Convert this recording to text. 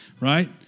right